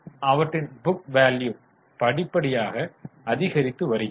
எனவே அவற்றின் book value படிப்படியாக அதிகரித்து வருகிறது